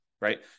Right